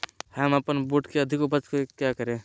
हम अपन बूट की अधिक उपज के क्या करे?